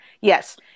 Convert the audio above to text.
Yes